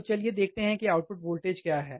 तो चलिए देखते हैं कि आउटपुट वोल्टेज क्या है